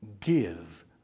give